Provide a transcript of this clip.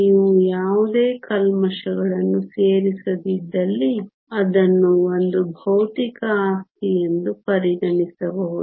ನೀವು ಯಾವುದೇ ಕಲ್ಮಶಗಳನ್ನು ಸೇರಿಸದಿದ್ದಲ್ಲಿ ಅದನ್ನು ಒಂದು ಭೌತಿಕ ಆಸ್ತಿಯೆಂದು ಪರಿಗಣಿಸಬಹುದು